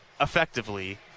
effectively